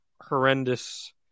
horrendous